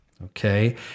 Okay